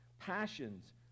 passions